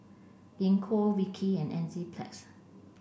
Gingko Vichy and Enzyplex